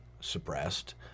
suppressed